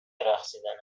رقصیدنم